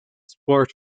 sport